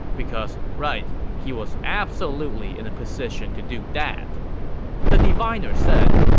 because, right, he was absolutely in a position to do that the diviner said,